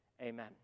amen